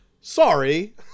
sorry